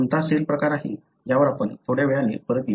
कोणता सेल प्रकार आहे यावर आपण थोड्या वेळाने परत येऊ